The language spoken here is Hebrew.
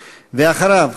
ואחריו,